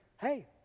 Hey